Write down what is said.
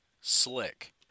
slick